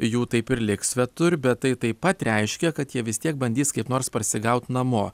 jų taip ir liks svetur bet tai taip pat reiškia kad jie vis tiek bandys kaip nors parsigaut namo